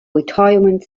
retirement